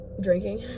drinking